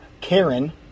Karen